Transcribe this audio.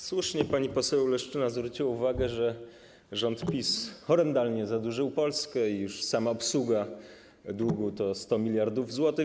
Słusznie pani poseł Leszczyna zwróciła uwagę, że rząd PiS horrendalnie zadłużył Polskę i już sama obsługa długu to 100 mld zł.